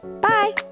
bye